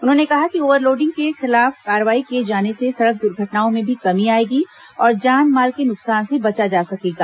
उन्होंने कहा कि ओवरलोडिंग के खिलाफ कार्रवाई किए जाने से सड़क द्वर्घटनाओं में भी कमी आएगी और जान माल के नुकसान से बचा जा सकेगा